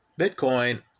Bitcoin